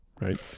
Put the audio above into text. right